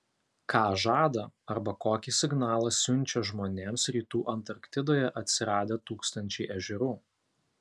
ką žada arba kokį signalą siunčia žmonėms rytų antarktidoje atsiradę tūkstančiai ežerų